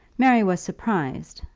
mary was surprised,